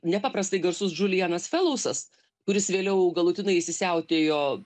nepaprastai garsus džulijanas felousas kuris vėliau galutinai įsisiautėjo